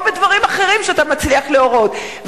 כמו בדברים אחרים שאתה מצליח להורות.